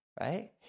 right